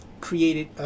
created